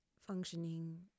functioning